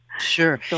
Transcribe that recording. Sure